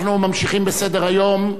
אנחנו ממשיכים בסדר-היום.